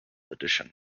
addition